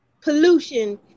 pollution